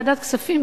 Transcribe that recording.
ועדת הכספים,